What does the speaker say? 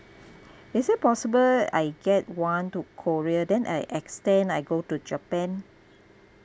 is it possible I get one to korea then I extend I go to japan